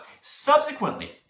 Subsequently